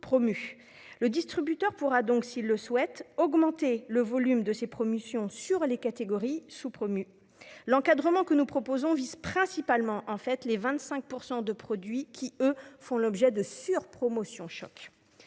Le distributeur pourra donc, s'il le souhaite, augmenter le volume de promotion sur ces produits. L'encadrement que nous proposons vise principalement les 25 % qui font l'objet de surpromotions chocs.